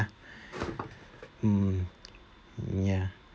hmm ya